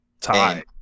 tie